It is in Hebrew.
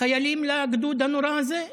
חיילים לגדוד הנורא הזה,